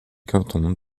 cantons